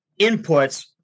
inputs